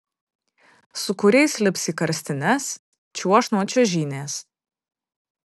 su kuriais lips į karstines čiuoš nuo čiuožynės